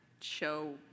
show